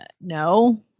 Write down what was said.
no